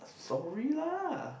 sorry lah